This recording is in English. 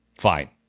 fine